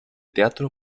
teatro